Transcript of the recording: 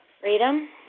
Freedom